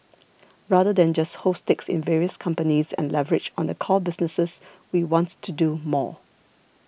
rather than just hold stakes in various companies and leverage on the core businesses we wants to do more